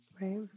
Right